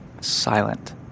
silent